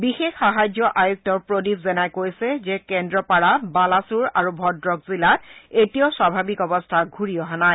বিশেষ সাহায্য আয়ুক্ত প্ৰদীপ জেনাই কৈছে যে কেন্দ্ৰপাৰা বালাছুৰ আৰু ভদ্ৰক জিলাত এতিয়াও স্বাভাৱিক অৱস্থা ঘূৰি অহা নাই